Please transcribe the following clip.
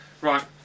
Right